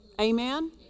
Amen